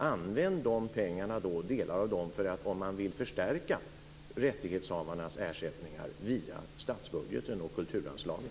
Använd då delar av de pengarna för att förstärka rättighetshavarnas ersättningar via statsbudgeten och kulturanslagen.